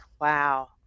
wow